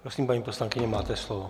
Prosím, paní poslankyně, máte slovo.